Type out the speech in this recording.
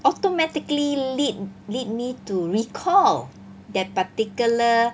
automatically lead lead me to recall that particular